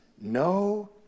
no